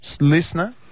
Listener